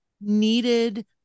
needed